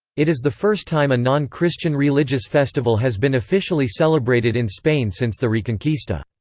it is the first time a non-christian religious festival has been officially celebrated in spain since the reconquista.